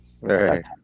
Right